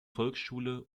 volksschule